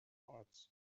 parts